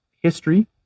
history